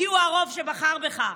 כי הוא הרוב שבחר בך.